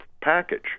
package